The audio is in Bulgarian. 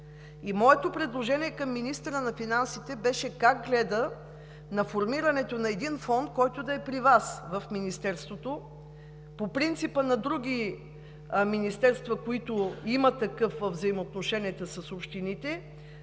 Моето предложение към министъра на финансите беше как гледа на формирането на един фонд, който да е при Вас – в Министерството, по принципа на други министерства, които имат такъв във взаимоотношенията с общините,